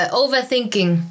overthinking